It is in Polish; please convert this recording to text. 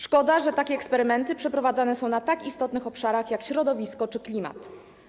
Szkoda, że takie eksperymenty przeprowadzane są na tak istotnych obszarach jak środowisko czy klimat.